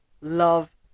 love